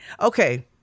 okay